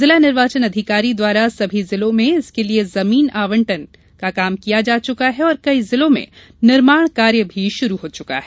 जिला निर्वाचन अधिकारी द्वारा सभी जिलों में इसके लिये जमीन आवंटन कर दिया गया है और कई जिलों में निर्माण कार्य प्रारम्भ हो चुका है